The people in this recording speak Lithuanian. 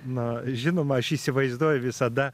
na žinoma aš įsivaizduoju visada